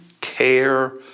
care